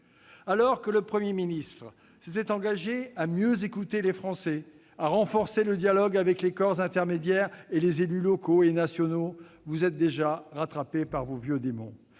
Alors que le Premier ministre s'était engagé à mieux écouter les Français, à renforcer le dialogue avec les corps intermédiaires et les élus locaux et nationaux, vous êtes déjà rattrapée par vos vieux démons.